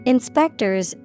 Inspectors